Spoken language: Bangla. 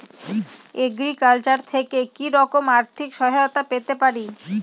এগ্রিকালচার থেকে কি রকম আর্থিক সহায়তা পেতে পারি?